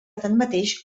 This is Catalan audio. tanmateix